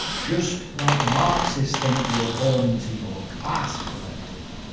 just like the marxists think you're born into your class collective.